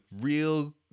real